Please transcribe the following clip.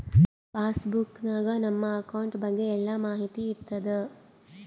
pass book ನಾಗ್ ನಮ್ account ಬಗ್ಗೆ ಎಲ್ಲಾ ಮಾಹಿತಿ ಇರ್ತಾದ